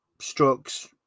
strokes